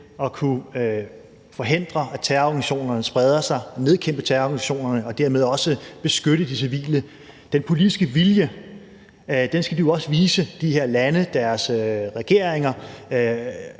at kunne forhindre, at terrororganisationerne spreder sig, nedkæmpe terrororganisationerne og dermed også beskytte de civile. Den politiske vilje skal de her lande og deres regeringer